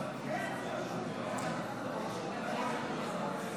אבוטבול, אינו משתתף בהצבעה יולי יואל